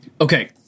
Okay